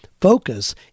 focus